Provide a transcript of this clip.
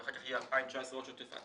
אחר כך יהיה את הדוח השוטף של 2019